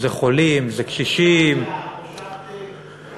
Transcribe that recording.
זה חולים, זה קשישים, ראשת המפלגה שלך,